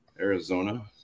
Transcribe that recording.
Arizona